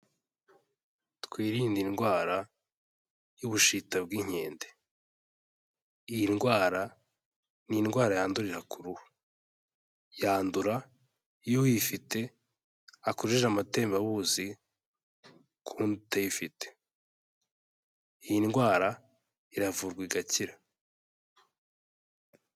Twirinde indwara y'ubushita bw'inkende, iyi ndwara ni indwara yandurira ku ruhu, yandura iyo uyifite akojeje amatembabuzi ku wundi utayifite, iyi ndwara iravurwa igakira.